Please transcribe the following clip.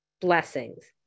blessings